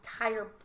entire